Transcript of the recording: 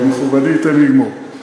מכובדי, תן לי לגמור.